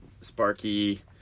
Sparky